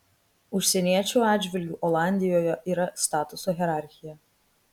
užsieniečių atžvilgiu olandijoje yra statuso hierarchija